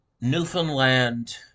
Newfoundland